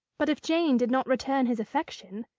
but if jane did not return his affection